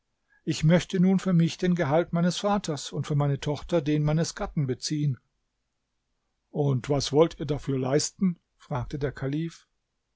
ich möchte nun für mich den gehalt meines vaters und für meine tochter den meines gatten beziehen und was wollt ihr dafür leisten fragte der kalif